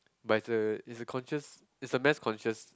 but it's a it's a conscious it's a mass conscious